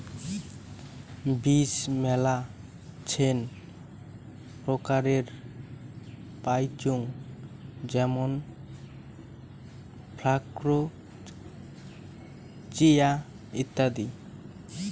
বীজ মেলাছেন প্রকারের পাইচুঙ যেমন ফ্লাক্স, চিয়া, ইত্যাদি